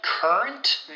Current